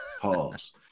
Pause